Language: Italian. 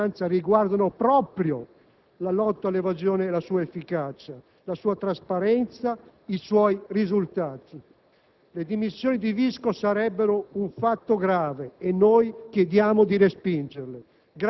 i fatti contestati a Visco non riguardano misure di lotta all'evasione fiscale? O invece al contrario, i trasferimenti di alcuni ufficiali della Guardia di finanza riguardano proprio